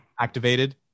activated